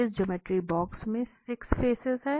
इस ज्यामिति बॉक्स के 6 फेसेस हैं